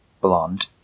blonde